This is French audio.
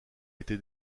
été